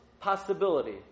possibility